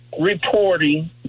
reporting